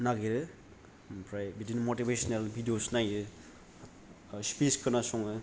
नागिरो ओमफ्राय बिदिनो मथिभिसिनेल भिडिअस नायो स्पिस खोना सङो